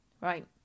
right